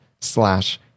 slash